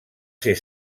ser